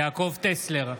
טסלר,